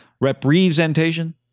representation